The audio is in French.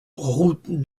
route